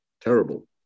terrible